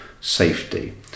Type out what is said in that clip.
safety